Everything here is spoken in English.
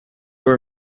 were